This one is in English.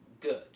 good